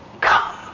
come